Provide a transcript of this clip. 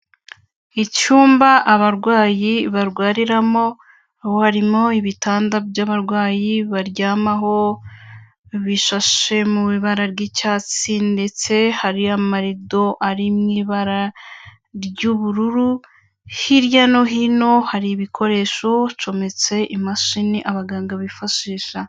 Icyumba abarwayi barwariramo, harimo ibitanda by'abarwayi baryamaho bishashe mu ibara ry'icyatsi, ndetse hari amarido ari mw'ibara ry'ubururu, hirya no hino hari ibikoresho hacometse imashini abaganga bifashisha.